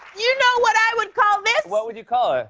you know what i would call this? what would you call it?